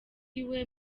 iwe